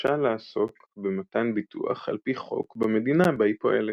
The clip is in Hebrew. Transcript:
המורשה לעסוק במתן ביטוח על פי חוק במדינה בה היא פועלת.